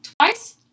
twice